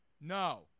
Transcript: No